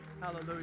Hallelujah